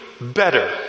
better